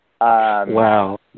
Wow